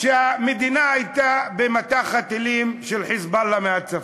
כשהמדינה הייתה במטח הטילים של "חיזבאללה" מהצפון,